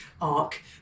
arc